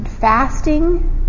fasting